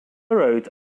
wrote